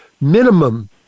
minimum